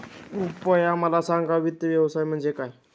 कृपया मला सांगा वित्त व्यवसाय म्हणजे काय?